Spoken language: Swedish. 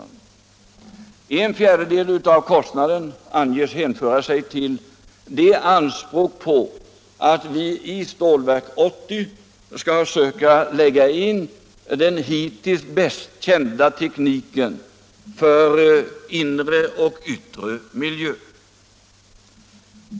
En fjärdedel anges hänföra sig till anspråken på att vi i Stålverk 80 skall söka lägga in den hittills bästa kända tekniken för inre och yttre miljö.